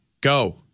go